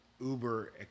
uber